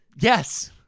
Yes